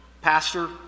Pastor